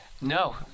No